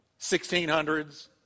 1600s